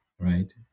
right